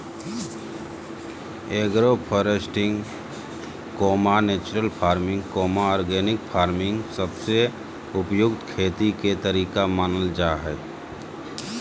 agro foresting, natural farming, organic farming सबसे उपयुक्त खेती के तरीका मानल जा हय